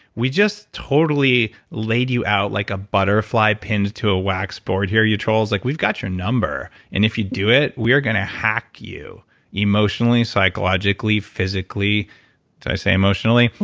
we just totally laid you out like a butterfly pinned to a wax board here you trolls. like we've got your number and if you do it, we are going to hack you emotionally, psychologically, physically. did i say emotionally?